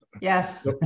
Yes